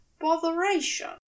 botheration